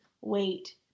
wait